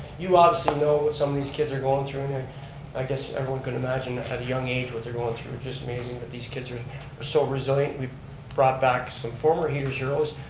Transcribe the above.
you obviously know what some of these kids are going through, and i guess everyone can imagine, at a young age, what they're going through. it's just amazing that these kids are so resilient. we brought back some former heaters heroes.